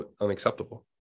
unacceptable